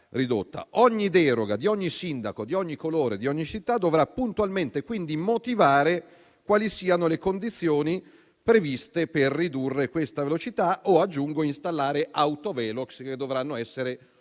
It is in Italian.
Ogni deroga di ogni sindaco, di ogni colore, di ogni città, dovrà puntualmente quindi motivare quali siano le condizioni previste per ridurre la velocità o - aggiungo - installare autovelox che dovranno essere omologati